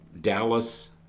Dallas